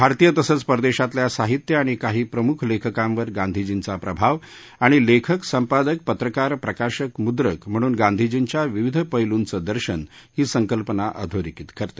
भारतीय तसंच परदेशातल्या साहित्य आणि काही प्रमुख लेखकांवर गांधीजींचा प्रभाव आणि लेखक संपादक पत्रकार प्रकाशक मुद्रक म्हणून गांधीजींच्या विविध पैलूंचं दर्शन ही संकल्पना अधोरेखित करते